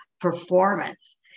performance